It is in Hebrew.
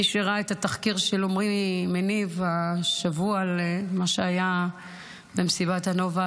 מי שראה את התחקיר של עמרי מניב השבוע על מה שהיה במסיבת הנובה,